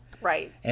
Right